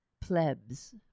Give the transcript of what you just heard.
plebs